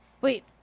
Wait